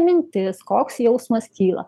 mintis koks jausmas kyla